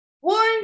One